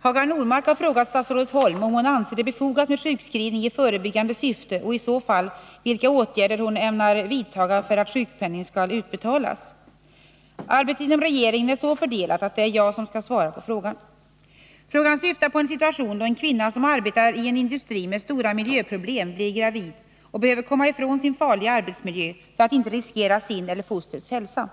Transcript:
Hagar Normark har frågat statsrådet Holm om hon anser det befogat med sjukskrivning i förebyggande syfte och i så fall vilka åtgärder hon ämnar vidtaga för att sjukpenning skall utbetalas. Arbetet inom regeringen är så fördelat att det är jag som skall svara på frågan. Frågan syftar på en situation då en kvinna som arbetar i en industri med stora miljöproblem blir gravid och behöver komma ifrån sin farliga arbetsmiljö för att inte riskera sin eller fostrets hälsa.